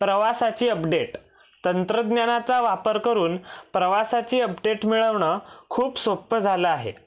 प्रवासाची अपडेट तंत्रज्ञानाचा वापर करून प्रवासाची अपडेट मिळवणं खूप सोपं झालं आहे